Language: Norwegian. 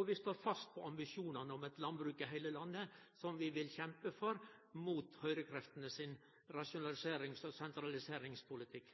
og vi står fast på ambisjonane om eit landbruk i heile landet, som vi vil kjempe for mot høgrekreftene sin rasjonaliserings- og sentraliseringspolitikk.